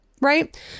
right